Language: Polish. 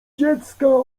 dziecka